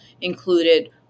included